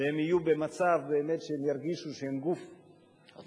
והם יהיו במצב שהם באמת ירגישו שהם גוף יעיל,